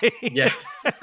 Yes